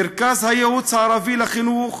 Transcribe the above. מרכז הייעוץ הערבי לחינוך,